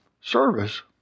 service